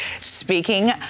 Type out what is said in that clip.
speaking